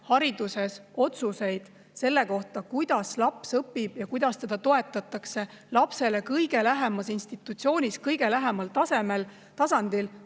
hariduses otsuseid selle kohta, kuidas laps õpib ja kuidas teda toetatakse, lapsele kõige lähemas institutsioonis, kõige lähemal tasandil,